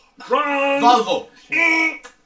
Volvo